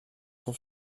sans